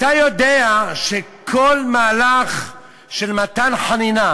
אתה יודע שכל מהלך של מתן חנינה